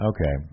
Okay